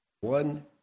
one